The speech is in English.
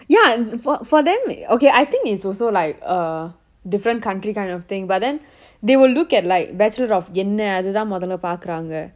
ya for for them okay I think it's also like err different country kind of thing but then they will look like bachelor of என்ன அது தான் முதல்ல பாக்குறாங்க:enna athu thaan mothale paakkuraanga